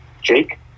Jake